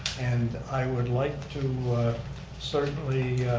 and i would like to certainly